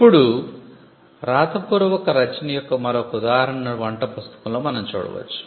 ఇప్పుడు వ్రాతపూర్వక రచన యొక్క మరొక ఉదాహరణను వంట పుస్తకంలో మనం చూడవచ్చు